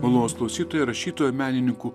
malonūs klausytojai rašytojų menininkų